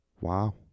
Wow